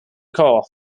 core